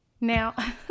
Now